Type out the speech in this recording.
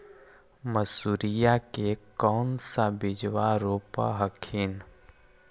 मसुरिया के कौन सा बिजबा रोप हखिन?